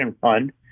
fund